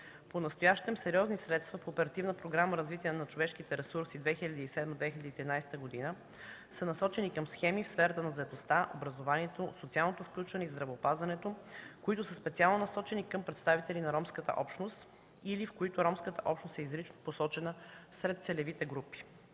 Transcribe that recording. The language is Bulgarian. Понастоящем сериозни средства по Оперативна програма „Развитие на човешките ресурси 2007-2013 г.” са насочени към схеми в сферата на заетостта, образованието, социалното включване и здравеопазването, които са специално насочени към представители на ромската общност или в които ромската общност е изрично посочена сред целевите групи.